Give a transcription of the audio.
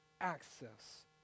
access